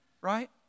right